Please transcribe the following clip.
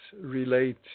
relate